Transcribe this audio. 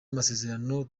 amasezerano